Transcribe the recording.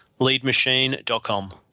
leadmachine.com